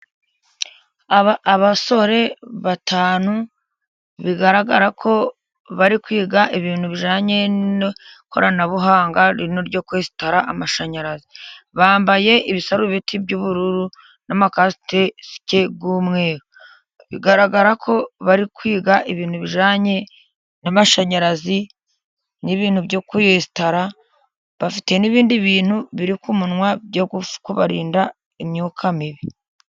Abasore batanu bigaragara ko bari kwiga ibintu bijyanye n'ikoranabuhanga rino ryo kwensitara amashanyarazi, bambaye ibisarubeti by'ubururu n'amasike y'umweru. Bigaragara ko bari kwiga ibintu bijyanye n'amashanyarazi n'ibintu byo kuyensitara, bafite n'ibindi bintu biri ku munwa byo kubarinda imyuka mibi.